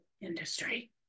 industry